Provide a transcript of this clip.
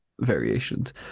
variations